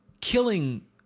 killing